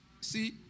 See